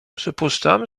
przypuszczam